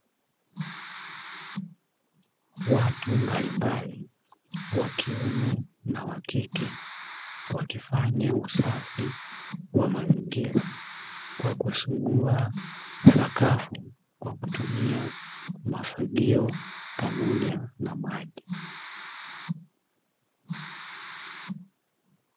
Watu mbalimbali wa kiume na wa kike, wakifanya usafi wa mazingira kwa kusugua sakafu kwa kutumia mafagio pamoja na maji.